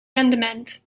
rendement